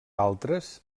altres